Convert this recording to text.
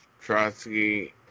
Trotsky